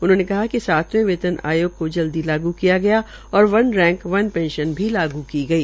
उन्होंने कहा कि सातवे वेतन आयोग को जल्दी लागू किया गया और वन रैंक वन पेंशन भी लागू की गई